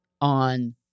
on